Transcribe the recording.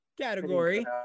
category